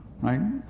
Right